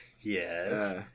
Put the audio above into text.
yes